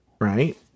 right